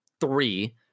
three